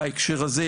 בהקשר הזה,